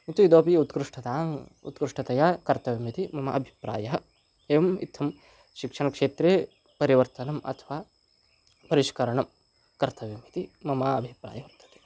किन्तु इतोपि उत्कृष्टताम् उत्कृष्टतया कर्तव्यमिति मम अभिप्रायः एवम् इत्थं शिक्षणक्षेत्रे परिवर्तनम् अथवा परिष्करणं कर्तव्यमिति मम अभिप्रायः वर्तते